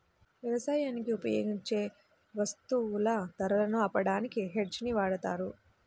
యవసాయానికి ఉపయోగించే వత్తువుల ధరలను ఆపడానికి హెడ్జ్ ని వాడతారు